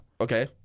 Okay